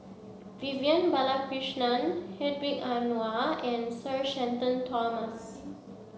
Vivian Balakrishnan Hedwig Anuar and Sir Shenton Thomas